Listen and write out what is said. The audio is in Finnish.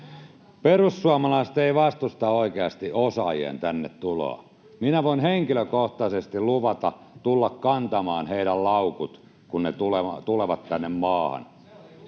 Perussuomalaiset eivät vastusta oikeiden osaajien tänne tuloa. Minä voin henkilökohtaisesti luvata tulla kantamaan heidän laukut, kun he tulevat tänne maahan.